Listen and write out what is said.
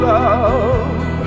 love